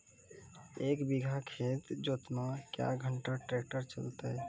एक बीघा खेत जोतना क्या घंटा ट्रैक्टर चलते?